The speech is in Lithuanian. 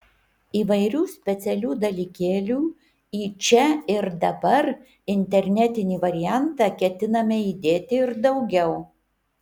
įvairių specialių dalykėlių į čia ir dabar internetinį variantą ketiname įdėti ir daugiau